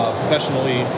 professionally